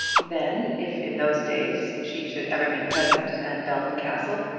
then, if in those days she should ever be present at belton castle,